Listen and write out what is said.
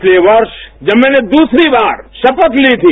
पिछले वर्ष जब मैंने दूसरी बार शपथ ली थी